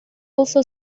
also